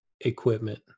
equipment